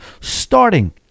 starting